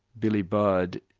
billy budd',